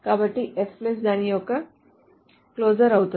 కాబట్టి F దాని యొక్క క్లోజర్ అవుతుంది